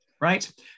right